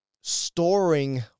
storing